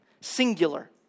singular